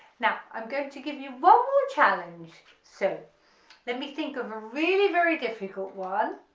now i'm going to give you one more challenge so let me think of a really very difficult one,